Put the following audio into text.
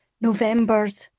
November's